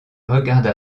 regarda